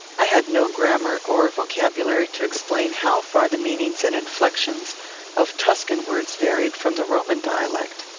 i had no grammar or vocabulary to explain how far the meanings and inflections of tuscan words varied from the roman dialect.